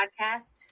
podcast